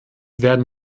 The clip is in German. werden